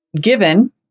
given